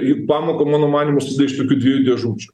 juk pamoka mano manymu susideda iš tokių dviejų dėžučių